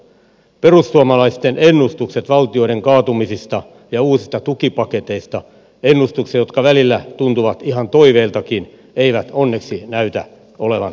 perussuomalaisten ennustukset valtioiden kaatumisista ja uusista tukipaketeista ennustukset jotka välillä tuntuvat ihan toiveiltakin eivät onneksi näytä olevan toteutumassa